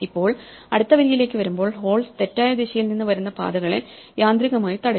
ഇപ്പോൾ അടുത്ത വരിയിലേക്ക് വരുമ്പോൾ ഹോൾസ് തെറ്റായ ദിശയിൽ നിന്ന് വരുന്ന പാതകളെ യാന്ത്രികമായി തടയും